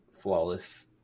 flawless